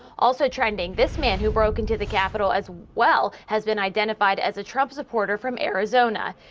also trending this man who broke into the capital as well has been identified as a trump supporter from arizona.